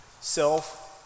self